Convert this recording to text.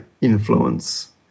influence